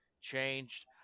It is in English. changed